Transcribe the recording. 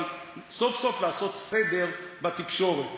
אבל סוף סוף לעשות סדר בתקשורת.